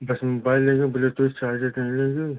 बस मोबाइल लेंगे Bluetooth charger तो नहीं लेंगे